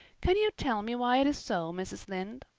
can you tell me why it is so, mrs. lynde?